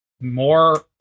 more